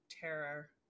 terror